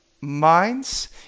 minds